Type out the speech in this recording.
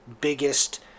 biggest